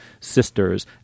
sisters